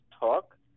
talk